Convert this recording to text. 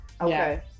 okay